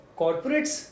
corporates